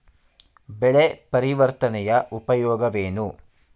ಬೆಳೆ ಪರಿವರ್ತನೆಯ ಉಪಯೋಗವೇನು?